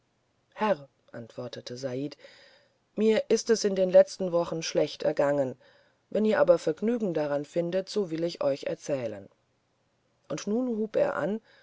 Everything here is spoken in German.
herr antwortete said mir ist es in den letzten wochen schlecht ergangen wenn ihr aber vergnügen daran findet so will ich euch erzählen und nun hub er an